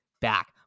back